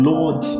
Lord